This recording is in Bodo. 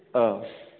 औ